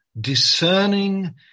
discerning